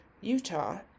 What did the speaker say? Utah